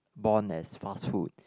born as fast food